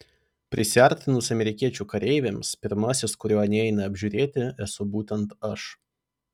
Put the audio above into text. prisiartinus amerikiečių kareiviams pirmasis kurio anie eina apžiūrėti esu būtent aš